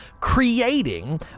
creating